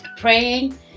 Praying